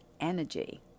energy